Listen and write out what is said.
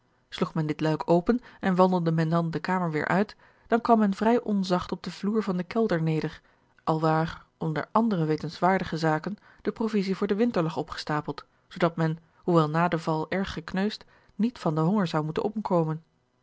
sloeg men dit luik open en wandelde men dan de kamer weêr uit dan kwam men vrij onzacht op den vloer van den kelder neder alwaar onder andere wetenswaardige zaken de provisie voor den winter lag opgestapeld zoodat men hoewel na den val erg gekneusd niet van den honger zou moeten omkomen